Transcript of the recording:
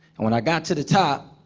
and when i got to the top,